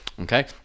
okay